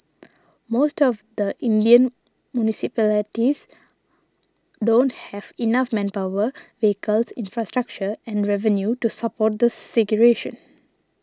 most of the Indian municipalities don't have enough manpower vehicles infrastructure and revenue to support the segregation